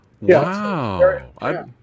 Wow